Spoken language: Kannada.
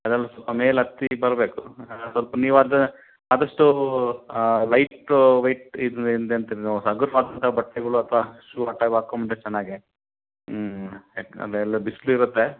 ಅದೆಲ್ಲ ಸೊಲ್ಪ ಮೇಲೆ ಹತ್ತಿ ಬರಬೇಕು ಸ್ವಲ್ಪ ನೀವು ಅದ ಆದಷ್ಟೂ ಲೈಟು ವೆಯ್ಟ್ ಇದ್ನ ಇದೆ ಅಂತಿರ ನೀವು ಹಗುರವಾದಂಥಾ ಬಟ್ಟೆಗಳು ಅಥ್ವಾ ಶೂ ಆ ಥರ ಹಾಕೊಂಬಂದ್ರೆ ಚೆನ್ನಾಗೆ ಹ್ಞೂ ಯಾಕಂದರೆ ಅಲ್ಲಿ ಬಿಸ್ಲು ಇರತ್ತೆ